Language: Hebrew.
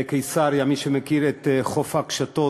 בקיסריה, מי שמכיר את חוף הקשתות,